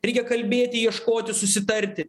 reikia kalbėti ieškoti susitarti